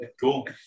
Cool